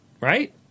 right